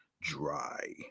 dry